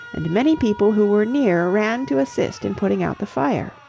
and many people who were near ran to assist in putting out the fire.